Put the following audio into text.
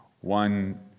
One